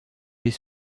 est